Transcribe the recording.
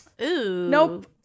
Nope